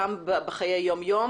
גם בחיי היום-יום,